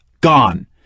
Gone